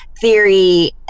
theory